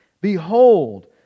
Behold